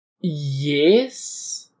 Yes